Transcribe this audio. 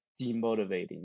demotivating